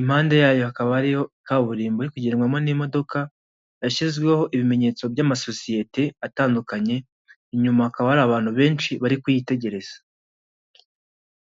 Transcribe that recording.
impande yayo hakaba hariyo kaburimbo yo kugenrwamo n'imodoka, yashyizweho ibimenyetso by'amasosiyete atandukanye inyuma ha akaba hari abantu benshi bari kuyitegereza.